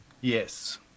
Yes